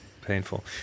painful